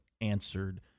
answered